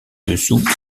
dessous